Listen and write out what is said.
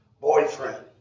boyfriend